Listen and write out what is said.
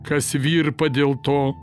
kas virpa dėl to